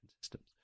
systems